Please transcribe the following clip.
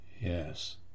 yes